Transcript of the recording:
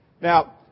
Now